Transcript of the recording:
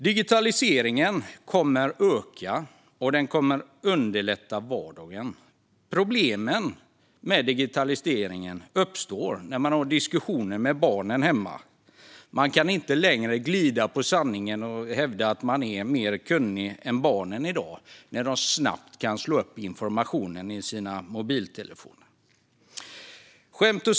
Digitaliseringen kommer att öka, och den kommer att underlätta vardagen. Problemen med digitaliseringen uppstår när man har diskussioner hemma med barnen. Man kan inte längre glida på sanningen och hävda att man är mer kunnig än barnen när de snabbt kan slå upp informationen i sina mobiltelefoner. Skämt åsido!